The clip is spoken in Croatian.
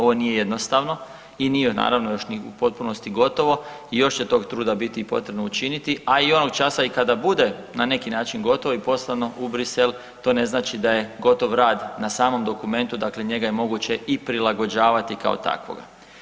Ovo nije jednostavno i nije naravno još ni u potpunosti gotovo i još će tog truda biti potrebno učiniti, a i onog časa kada i bude na neki način gotovo i poslano u Bruxelles to ne znači da je gotov rad na samom dokumentu, dakle njega je moguće i prilagođavati kao takvoga.